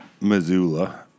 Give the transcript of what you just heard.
Missoula